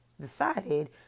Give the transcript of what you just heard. decided